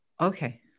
okay